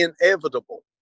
inevitable